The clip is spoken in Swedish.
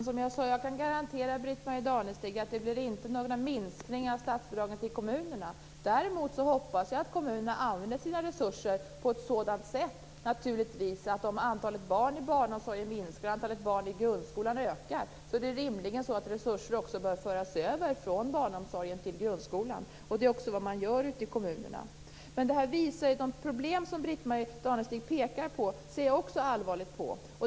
Herr talman! Som jag sade kan jag garantera Britt Marie Danestig att det inte bli några minskningar av statsbidragen till kommunerna. Däremot hoppas jag att kommunerna använder sina resurser på ett bra sätt. Om antalet barn i barnomsorgen minskar och antalet barn i grundskolan ökar bör resurser rimligen föras över från barnomsorgen till grundskolan. Det är också vad man gör ute i kommunerna. De problem som Britt-Marie Danestig pekar på ser jag också allvarligt på.